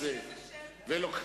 זאת אומרת,